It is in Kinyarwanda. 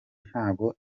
ntago